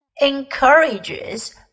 encourages